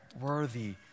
worthy